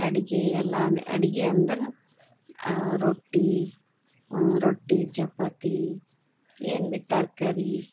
ಅಡ್ಗೆ ಎಲ್ಲ ಅಂದ್ರೆ ಅಡ್ಗೆ ಅಂದ್ರೆ ರೊಟ್ಟಿ ರೊಟ್ಟಿ ಚಪಾತಿ ಏನು ಭೀ ತರಕಾರಿ